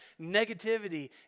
negativity